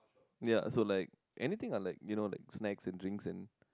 ya so like anything lah like you know like snacks and drinks and